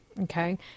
okay